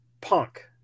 punk